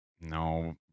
No